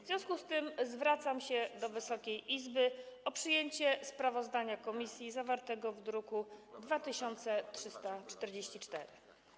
W związku z tym zwracam się do Wysokiej Izby o przyjęcie sprawozdania komisji zawartego w druku nr 2344.